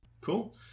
Cool